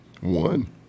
One